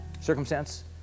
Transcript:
circumstance